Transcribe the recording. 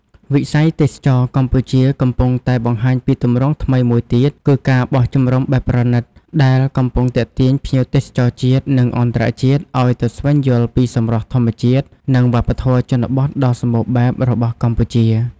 វិស័យទេសចរណ៍កម្ពុជាកំពុងតែបង្ហាញពីទម្រង់ថ្មីមួយទៀត គឺ ការបោះជំរំបែបប្រណីត ដែលកំពុងទាក់ទាញភ្ញៀវទេសចរជាតិ និងអន្តរជាតិឲ្យទៅស្វែងយល់ពីសម្រស់ធម្មជាតិ និងវប្បធម៌ជនបទដ៏សម្បូរបែបរបស់កម្ពុជា។